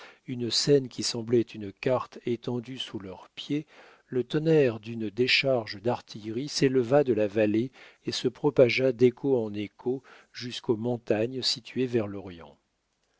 une scène qui semblait une carte étendue sous leurs pieds le tonnerre d'une décharge d'artillerie s'éleva de la vallée et se propagea d'écho en écho jusqu'aux montagnes situées vers l'orient